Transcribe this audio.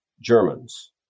Germans